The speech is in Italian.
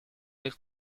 del